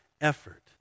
effort